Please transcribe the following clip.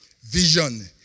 vision